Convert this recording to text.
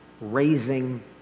Raising